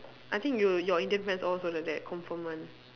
I think you your Indian friends all also like that confirm one